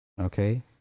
Okay